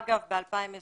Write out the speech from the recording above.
אגב, עד היום ב-2021,